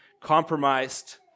compromised